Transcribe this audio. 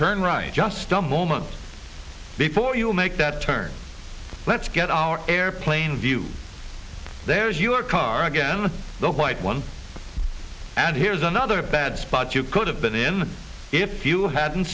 turn right just a moment before you make that turn let's get our airplane view there is your car again the white one and here's another bad spot you could have been in if you hadn't